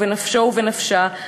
ובנפשו/ובנפשה,